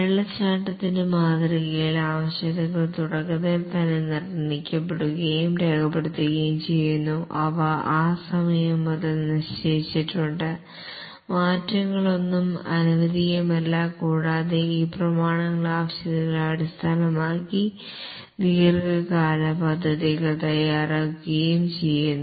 waterfall മാതൃകയിൽ ആവശ്യകതകൾ തുടക്കത്തിൽ തന്നെ നിർണ്ണയിക്കപ്പെടുകയും രേഖപ്പെടുത്തുകയും ചെയ്യുന്നു അവ ആ സമയം മുതൽ നിശ്ചയിച്ചിട്ടുണ്ട് മാറ്റങ്ങളൊന്നും അനുവദനീയമല്ല കൂടാതെ ഈ പ്രമാണങ്ങൾ ആവശ്യകതകളെ അടിസ്ഥാനമാക്കി ദീർഘകാല പദ്ധതികൾ തയ്യാറാക്കുകയും ചെയ്യുന്നു